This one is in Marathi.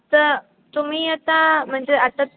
तर तुम्ही आता म्हणजे आता